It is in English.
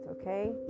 okay